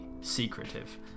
secretive